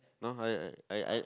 no I I I